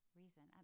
reason